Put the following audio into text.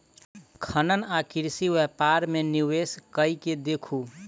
खनन आ कृषि व्यापार मे निवेश कय के देखू